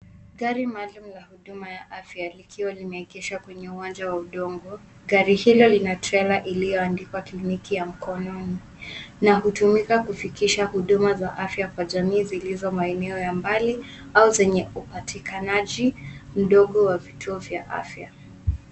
Gari maalum la huduma ya afya likiwa limeegeshwa kwenye uwanja wa udongo. Gari hilo lina trela iliyoandikwa kliniki ya mkononi na hutumika kufikisha huduma za afya kwa jamii zilizo maeneo ya mbali au zenye upatikanaji mdogo wa vituo vya afya.